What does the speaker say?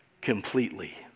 completely